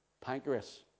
pancreas